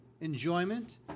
enjoyment